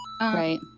Right